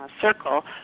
circle